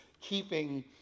keeping